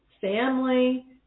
family